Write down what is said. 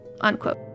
Unquote